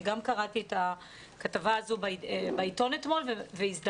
אני גם קראתי את הכתבה הזו בעיתון אתמול והזדעזענו.